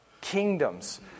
kingdoms